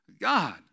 God